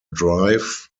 drive